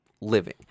living